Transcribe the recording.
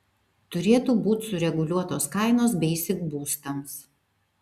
turėtų būt sureguliuotos kainos beisik būstams